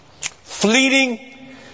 fleeting